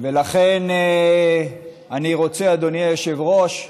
לכן אני רוצה, אדוני היושב-ראש,